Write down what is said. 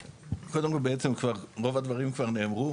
קודם כל, בעצם כבר רוב הדברים כר נאמרו